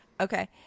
Okay